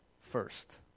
first